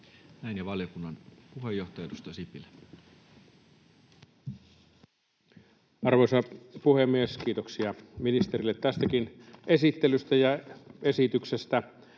Näin. — Ja valiokunnan puheenjohtaja, edustaja Sipilä. Arvoisa puhemies! Kiitoksia ministerille tästäkin esittelystä ja esityksestä.